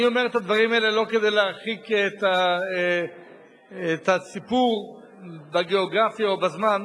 אני אומר את הדברים האלה לא כדי להרחיק את הסיפור בגיאוגרפיה או בזמן,